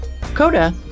Coda